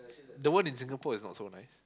the one in Singapore is not so nice